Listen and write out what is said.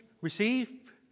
receive